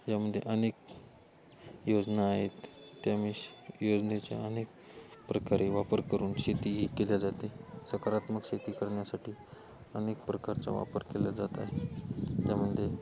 यामध्ये अनेक योजना आहेत त्यामेश योजनेच्या अनेक प्रकारे वापर करून शेती ही केल्या जाते सकारात्मक शेती करण्यासाठी अनेक प्रकारचा वापर केला जात आहे त्यामध्ये